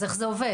אז איך זה עובד?